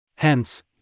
Hence